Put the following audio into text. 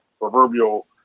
proverbial